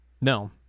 No